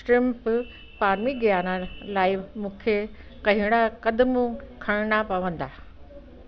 shrimp parmigiana लाइ मूंखे कहिड़ा कदमु खणणा पवंदा